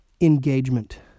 engagement